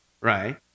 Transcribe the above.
right